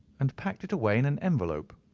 and packed it away in an envelope.